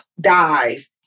dive